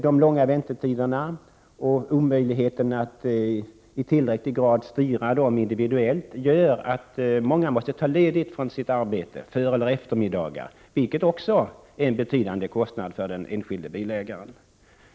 De långa väntetiderna och omöjligheten att i tillräcklig grad styra besöken individuellt gör att många måste ta ledigt från sitt arbete på föreller eftermiddagar, vilket också är en betydande kostnad för den enskilde bilägaren.